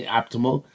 optimal